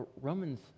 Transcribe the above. Romans